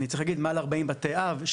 מעל 40 בתי-אב,